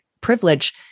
privilege